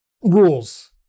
rules